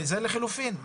זה לחלופין,